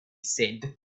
said